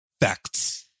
facts